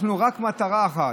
יש לנו רק מטרה אחת: